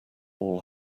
all